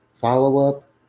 follow-up